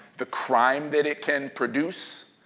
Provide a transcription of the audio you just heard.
the crime that it can produce.